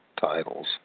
titles